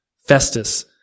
Festus